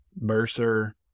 Mercer